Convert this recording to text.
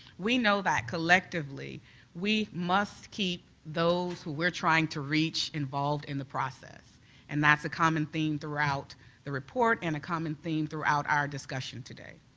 we know that collectively we must keep those we're trying to reach involved in the process and that's a common theme throughout the report and common theme throughout our discussion today.